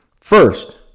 First